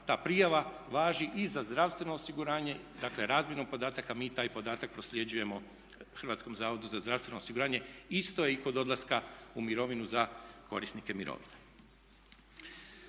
ta prijava važi i za zdravstveno osiguranje, dakle razmjenom podataka mi taj podatak prosljeđujemo Hrvatskom zavodu za zdravstveno osiguranje. Isto je i kod odlaska u mirovinu za korisnike mirovina.